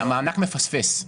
המענק מפספס.